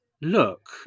look